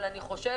אבל אני חושבת,